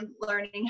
learning